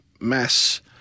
mass